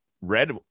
Red